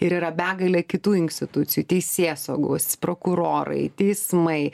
ir yra begalė kitų institucijų teisėsaugos prokurorai teismai